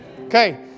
Okay